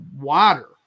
wider